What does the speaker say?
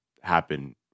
happen